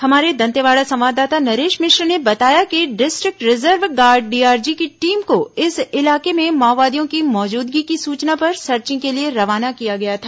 हमारे दंतेवाड़ा संवाददाता नरेश मिश्र ने बताया कि डिस्ट्रिक्ट रिजर्व गार्ड डीआरजी की टीम को इस इलाके में माओवादियों की मौजूदगी की सूचना पर सर्चिंग के लिए रवाना किया गया था